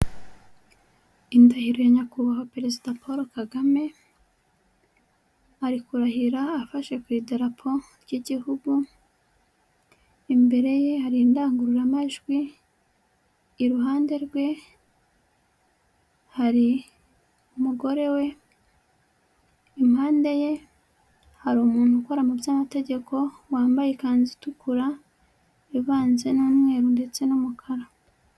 Indahiro ya nyakubahwa perezida Paul Kagame, ari kurahira afashe ku idarapo ry'igihugu, imbere ye hari indangururamajwi, iruhande rwe hari umugore we, impande ye hari umuntu ukora mu by'amategeko wambaye ikanzu itukura ivanze n'umweru ndetse n'umukara.